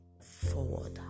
forward